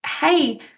hey